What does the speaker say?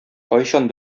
кайчан